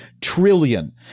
trillion